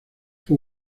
fue